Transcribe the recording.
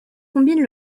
combine